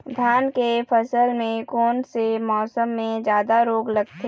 धान के फसल मे कोन से मौसम मे जादा रोग लगथे?